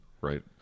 right